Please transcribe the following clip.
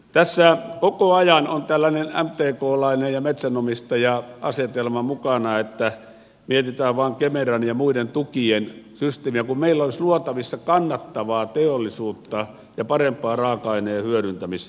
tässä koko ajan on tällainen mtklainen ja metsänomistaja asetelma mukana että mietitään vain kemeran ja muiden tukien systeemiä kun meillä olisi luotavissa kannattavaa teollisuutta ja parempaa raaka aineen hyödyntämismahdollisuutta